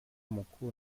muku